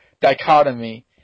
dichotomy